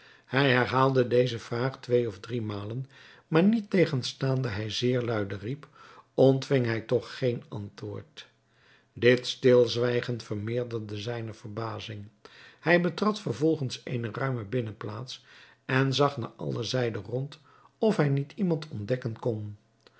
hij herhaalde deze vraag twee of drie malen maar niettegenstaande hij zeer luide riep ontving hij toch geen antwoord dit stilzwijgen vermeerderde zijne verbazing hij betrad vervolgens eene ruime binnenplaats en zag naar alle zijden rond of hij niet iemand ontdekken kon